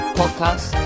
podcast